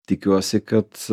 tikiuosi kad